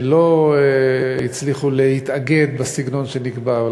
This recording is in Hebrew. לא הצליחו להתאגד בסגנון שנקבע.